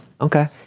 Okay